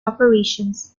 operations